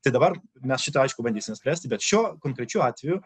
tai dabar mes šitą aišku bandysime spręsti bet šio konkrečiu atveju